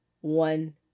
one